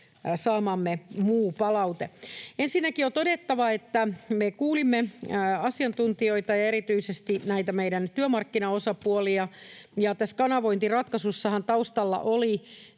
saamamme muu palaute. Ensinnäkin on todettava, että me kuulimme asiantuntijoita ja erityisesti näitä meidän työmarkkinaosapuolia. Tässä kanavointiratkaisussahan taustalla oli